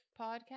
podcast